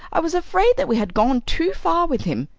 i was afraid that we had gone too far with him.